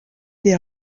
des